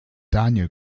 daniel